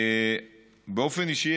באופן אישי,